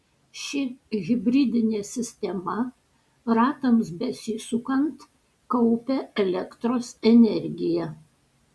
ši hibridinė sistema ratams besisukant kaupia elektros energiją